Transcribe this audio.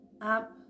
up